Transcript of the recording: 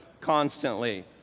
constantly